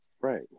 Right